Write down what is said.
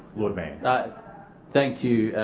lord mayor thank you,